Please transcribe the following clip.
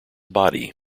body